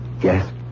Yes